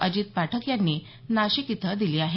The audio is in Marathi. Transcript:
अजित पाठक यांनी नाशिक इथं दिली आहे